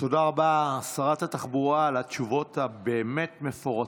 תודה רבה, שרת התחבורה על התשובות הבאמת-מפורטות.